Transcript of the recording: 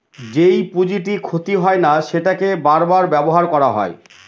যেই পুঁজিটি ক্ষতি হয় না সেটাকে বার বার ব্যবহার করা হয়